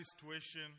situation